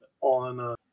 on